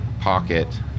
pocket